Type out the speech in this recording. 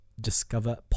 discover